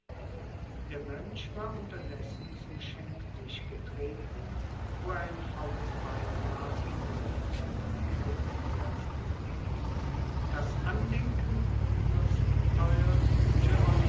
der mönch war unterdessen zum schenktisch getreten wo er ein volles weinglas ergriff und an die lippen setzte das andenken unsers teuern